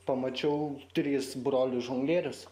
pamačiau tris brolius žonglierius